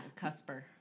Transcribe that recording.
Cusper